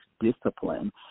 discipline